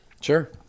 Sure